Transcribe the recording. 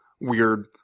weird